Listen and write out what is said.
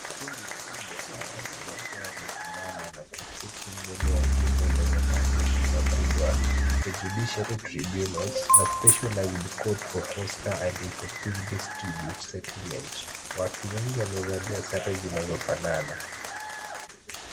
Kundi kubwa la watu wakiwa wamesimama na kuketi mbele ya jengo lenye maandishi makubwa The Judiciary Tribunals a specialized court for foster and effective distribute settlement . Watu wengi wamevalia sare zinazofanana.